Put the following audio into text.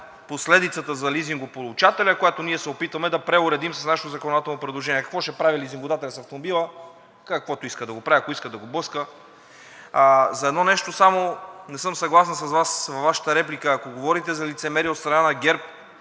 последицата за лизингополучателя, която ние се опитваме да преуредим с нашето законодателно предложение. Какво ще прави лизингодателят с автомобила – каквото иска да го прави, ако иска да го блъска. За едно нещо само не съм съгласен с Вас във Вашата реплика, ако говорите за лицемерие от страна на ГЕРБ,